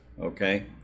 Okay